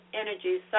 Energy